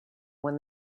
when